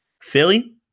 Philly